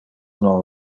non